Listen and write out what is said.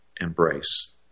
embrace